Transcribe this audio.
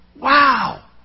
Wow